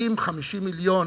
האם 50 מיליון